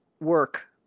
work